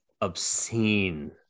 obscene